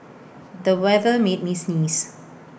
the weather made me sneeze